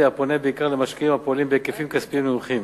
הפונה בעיקר למשקיעים הפועלים בהיקפים כספיים נמוכים,